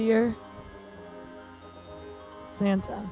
dear santa